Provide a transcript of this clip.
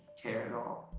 care at all.